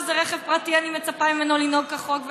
כשזה רכב פרטי אני מצפה ממנו לנהוג כחוק,